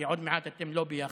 כי עוד מעט אתם לא ביחד,